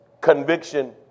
conviction